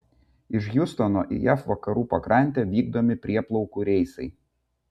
iš hjustono į jav vakarų pakrantę vykdomi prieplaukų reisai